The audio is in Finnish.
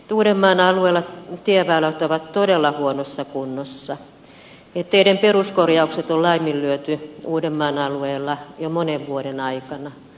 uudenmaan alueella tieväylät ovat todella huonossa kunnossa ja teiden peruskorjaukset on laiminlyöty uudenmaan alueella jo monen vuoden aikana